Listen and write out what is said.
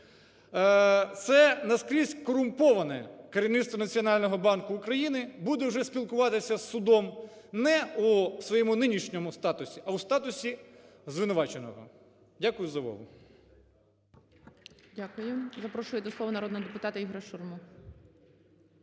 це наскрізь корумповане керівництво Національного банку України буде уже спілкуватися з судом не у своєму нинішньому статусі, а в статусі звинуваченого. Дякую за увагу. ГОЛОВУЮЧИЙ. Дякую. Запрошую до слова народного депутата Ігоря Шурму.